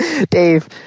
Dave